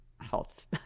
Health